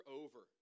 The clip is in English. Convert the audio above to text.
over